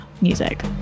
music